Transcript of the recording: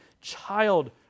child